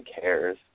cares